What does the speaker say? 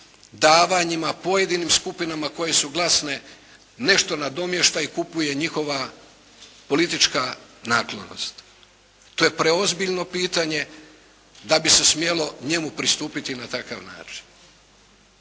davanjima pojedinim skupinama koje su glasne nešto nadomješta i kupuje njihova politička naklonost. To je preozbiljno pitanje da bi se smjelo njemu pristupiti na takav način.